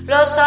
Los